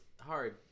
Hard